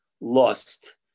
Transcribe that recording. lost